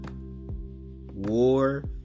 War